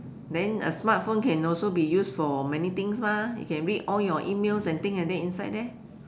then a smartphone can also be used for many things mah you can read all your emails and things like that inside there